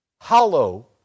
hollow